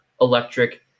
electric